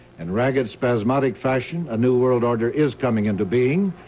and ragged, spasmodic fashion a new world order is coming into being,